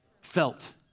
felt